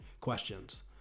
questions